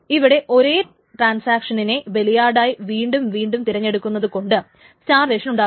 ഇവിടെ ഒരേ ട്രാൻസാക്ഷനിനെ ബലിയാടായി വീണ്ടും വീണ്ടും തിരഞ്ഞെടുക്കുന്നതു കൊണ്ട് സ്റ്റാർവേഷൻ ഉണ്ടാകുന്നു